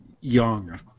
young